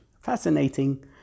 Fascinating